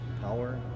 power